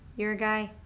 you're a guy.